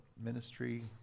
ministry